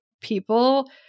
people